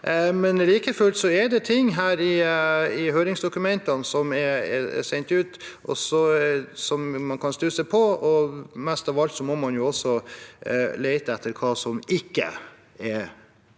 se. Like fullt er det ting i høringsdokumentene som er sendt ut, som man kan stusse på. Mest av alt må man også lete etter hva som ikke er